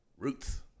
Roots